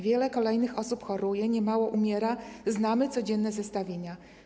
Wiele kolejnych osób choruje, niemało umiera, znamy codzienne zestawienia.